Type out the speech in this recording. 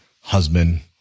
husband